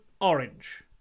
orange